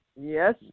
Yes